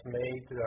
made